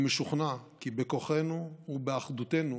אני משוכנע כי בכוחנו ובאחדותנו